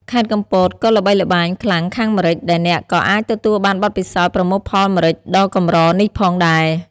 ខេត្តកំពតក៏ល្បីល្បាញខ្លាំងខាងម្រេច ដែលអ្នកក៏អាចទទួលបានបទពិសោធន៍ប្រមូលផលម្រេចដ៏កម្រនេះផងដែរ។